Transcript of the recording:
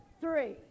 three